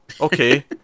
Okay